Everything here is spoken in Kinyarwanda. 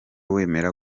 wemera